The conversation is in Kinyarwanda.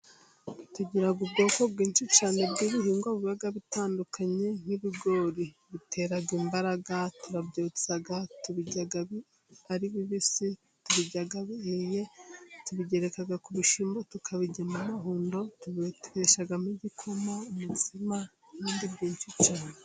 Tugira ubwoko bwinshi cyane bw'ibihingwa buba bitandukanye, nk'ibigori bitera imbaraga turabyotsa tubirya ari bibisi, tubirya bihiye tubigereka ku bishyimbo tukabiryamo amahundo, tubibeteshamo igikoma umutsima n'ibindi byinshi cyane.